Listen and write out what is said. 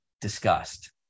discussed